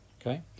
okay